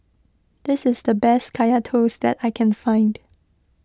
this is the best Kaya Toast that I can find